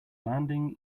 landing